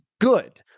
good